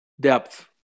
depth